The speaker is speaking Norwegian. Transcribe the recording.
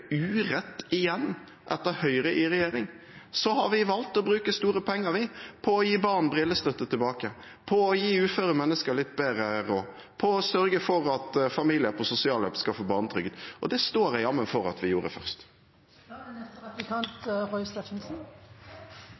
urett igjen etter Høyre i regjering. Vi har valgt å bruke store penger på å gi barn brillestøtte tilbake, på å gi uføre mennesker litt bedre råd, på å sørge for at familier på sosialhjelp skal få barnetrygd, og det står jeg jammen for at vi gjorde først.